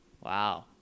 Wow